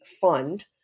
fund